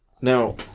Now